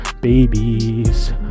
babies